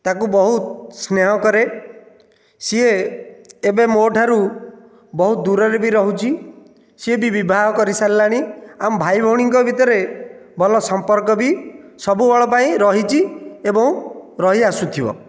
ତାକୁ ବହୁତ ସ୍ନେହ କରେ ସିଏ ଏବେ ମୋ ଠାରୁ ବହୁତ ଦୂରରେ ବି ରହୁଛି ସେ ବି ବିବାହ କରି ସାରିଲାଣି ଆମ ଭାଇ ଭଉଣୀଙ୍କ ଭିତରେ ଭଲ ସମ୍ପର୍କ ବି ସବୁବେଳେ ପାଇଁ ରହିଛି ଏବଂ ରହି ଆସୁଥିବ